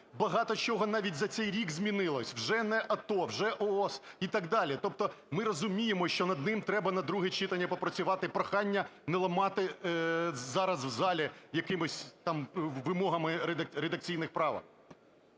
багато чого навіть за цей рік змінилося. Вже не АТО, вже ООС і так далі. Тобто ми розуміємо, що над ним треба на друге читання попрацювати. Прохання не ламати зараз в залі якимись там вимогами редакційних правок.